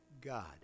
God